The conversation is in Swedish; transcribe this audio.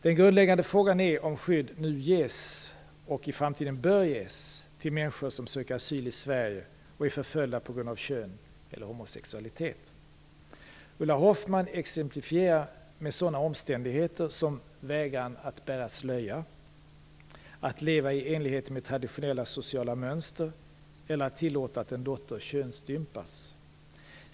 Den grundläggande frågan är om skydd nu ges och i framtiden bör ges till människor som söker asyl i Sverige och är förföljda på grund av kön eller homosexualitet. Ulla Hoffmann exemplifierar med sådana omständigheter som vägran att bära slöja, att leva i enlighet med traditionella sociala mönster eller att tillåta att en dotter könsstympas.